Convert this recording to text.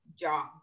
jobs